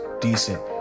decent